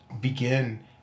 begin